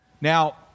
Now